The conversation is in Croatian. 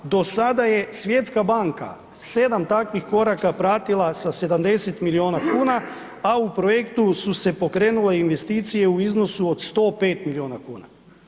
Do sada je Svjetska banka 7 takvih koraka pratila sa 70 miliona kuna, a u projektu su se pokrenule investicije u iznosu od 105 miliona kuna.